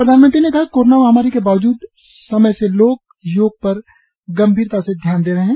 प्रधानमंत्री ने कहा कि कोरोना महामारी के मौजूदा समय में लोग योग पर गंभीरता से ध्यान दे रहे हैं